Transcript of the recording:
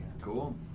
Cool